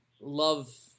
love